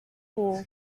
pool